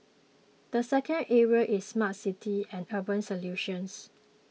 the second area is smart cities and urban solutions